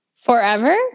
Forever